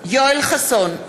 יואל חסון,